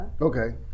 Okay